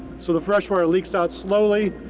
so the fresh water leaks out slowly,